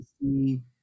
see